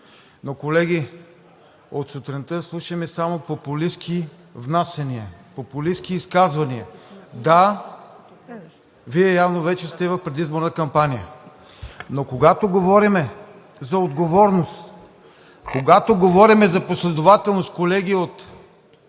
Колеги, от сутринта слушаме само популистки внасяния, популистки изказвания. Да, Вие явно вече сте в предизборна кампания, но когато говорим за отговорност, когато говорим за последователност, колеги от